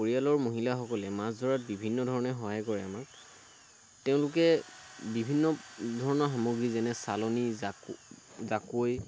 পৰিয়ালৰ মহিলাসকলে মাছ ধৰাত বিভিন্ন ধৰণে সহায় কৰে আমাক তেওঁলোকে বিভিন্ন ধৰণৰ সামগ্ৰী যেনে চালনি জাকৈ